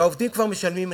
העובדים כבר משלמים מחיר,